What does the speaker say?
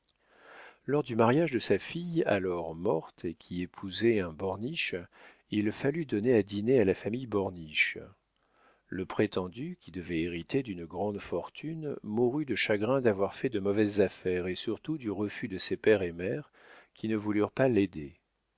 lors du mariage de sa fille alors morte et qui épousait un borniche il fallut donner à dîner à la famille borniche le prétendu qui devait hériter d'une grande fortune mourut de chagrin d'avoir fait de mauvaises affaires et surtout du refus de ses père et mère qui ne voulurent pas l'aider